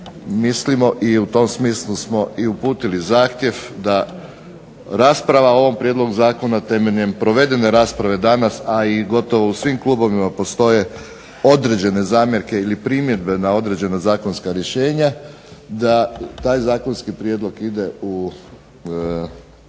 mislimo i u tom smislu smo i uputili zahtjev da rasprava o ovom prijedlogu zakona temeljem provedene rasprave danas, a i gotovo u svim klubovima postoje određene zamjerke ili primjedbe na određena zakonska rješenja da taj zakonski prijedlog ide u